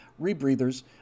rebreathers